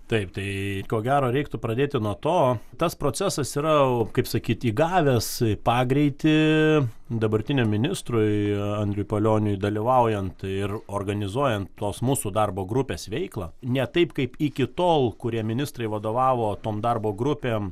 taip tai ko gero reiktų pradėti nuo to tas procesas yra kaip sakyti įgavęs pagreitį dabartiniam ministrui andriui palioniui dalyvaujant ir organizuojant tos mūsų darbo grupės veiklą ne taip kaip iki tol kurie ministrai vadovavo tom darbo grupėm